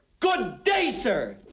good day, sir!